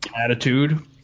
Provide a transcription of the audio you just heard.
Attitude